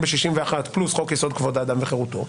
ב-61 וגם חוק-יסוד: כבוד האדם וחירותו,